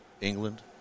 England